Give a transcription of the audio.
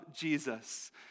Jesus